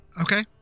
Okay